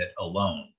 alone